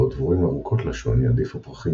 בעוד דבורים ארוכות לשון יעדיפו פרחים